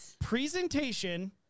presentation